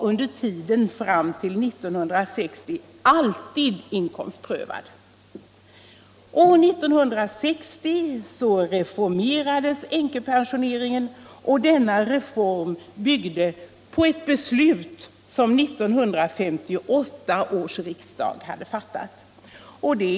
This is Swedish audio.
År 1960 reformerades änkepensioneringen, och denna reform byggde på det beslut som 1958 års riksdag hade fattat.